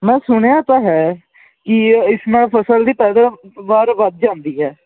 ਮੈਂ ਸੁਣਿਆ ਤਾਂ ਹੈ ਕਿ ਇਹ ਇਸ ਨਾਲ ਫਸਲ ਦੀ ਪੈਦਾਵਾਰ ਵੱਧ ਜਾਂਦੀ ਹੈ